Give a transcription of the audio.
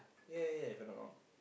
yeah yeah yeah if I'm not wrong